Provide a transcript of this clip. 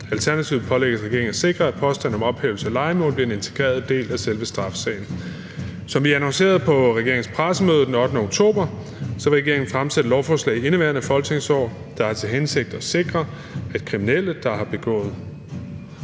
Alternativt pålægges regeringen at sikre, at påstand om ophævelse af lejemål bliver en integreret del af selve straffesagen. Som vi annoncerede på regeringens pressemøde den 8. oktober, vil regeringen fremsætte et lovforslag i indeværende folketingsår, der har til hensigt at sikre, at kriminelle, der har begået